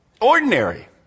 ordinary